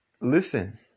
Listen